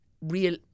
Real